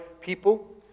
people